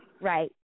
Right